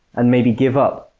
and maybe give up.